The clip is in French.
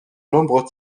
nombreux